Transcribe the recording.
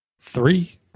Three